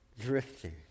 drifting